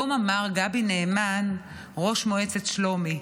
היום אמר גבי נעמן, ראש מועצת שלומי: